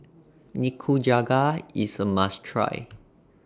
Nikujaga IS A must Try